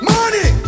Money